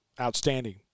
outstanding